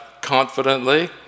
confidently